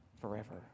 forever